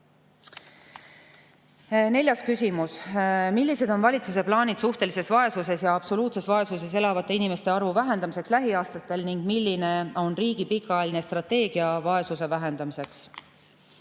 Neljas küsimus: "Millised on valitsuse plaanid suhtelises vaesuses ja absoluutses vaesuses elavate inimeste arvu vähendamiseks lähiaastatel ning milline on riigi pikaajaline strateegia vaesuse vähendamiseks?"